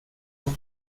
con